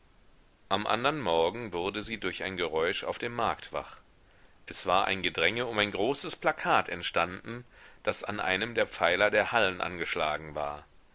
am andern morgen wurde sie durch ein geräusch auf dem markt wach es war ein gedränge um ein großes plakat entstanden das an einem der pfeiler der hallen angeschlagen war